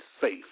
SAFE